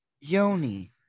yoni